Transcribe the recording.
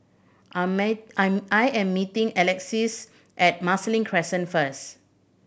I'm I I am meeting Alexis at Marsiling Crescent first